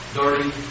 dirty